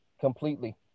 completely